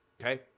okay